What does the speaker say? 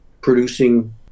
producing